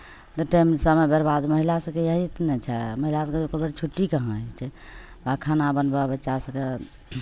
दुइ टाइम समय बरबाद महिला सभकेँ इएह ने छै महिला सभकेँ एक्को बेर छुट्टी कहाँ होइ छै वएह खाना बनबऽ बच्चा सभकेँ